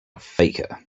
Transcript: faker